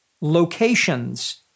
Locations